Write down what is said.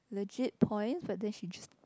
legit points but then she just